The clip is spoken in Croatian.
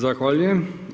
Zahvaljujem.